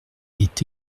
est